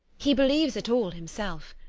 he believes it all himself.